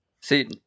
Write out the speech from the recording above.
see